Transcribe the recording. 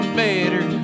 better